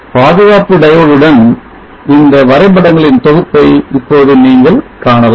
பாதுகாப்பு diode உடன் இந்த வரைபடங்களின் தொகுப்பை இப்போது நீங்கள் காணலாம்